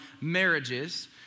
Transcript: marriages